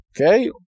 Okay